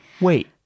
Wait